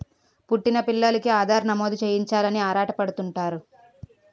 పుట్టిన పిల్లోలికి ఆధార్ నమోదు చేయించాలని ఆరాటపడుతుంటారు